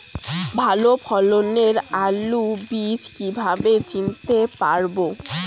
ভালো ফলনের আলু বীজ কীভাবে চিনতে পারবো?